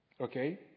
Okay